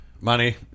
money